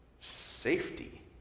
Safety